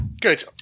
good